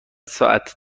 ساعت